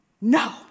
no